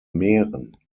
meeren